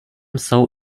jsou